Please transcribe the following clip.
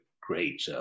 great